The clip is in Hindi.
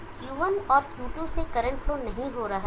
Q1 और Q2 से करंट फ्लो नहीं हो रहा है